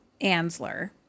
Ansler